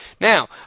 Now